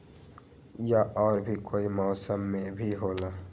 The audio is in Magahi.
या और भी कोई मौसम मे भी होला?